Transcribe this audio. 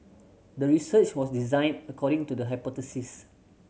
the research was designed according to the hypothesis